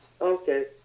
Okay